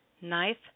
knife